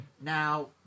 now